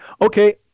Okay